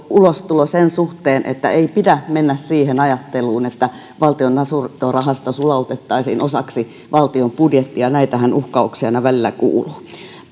ulostulo sen suhteen että ei pidä mennä siihen ajatteluun että valtion asuntorahasto sulautettaisiin osaksi valtion budjettia näitähän uhkauksia aina välillä kuuluu